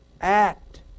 act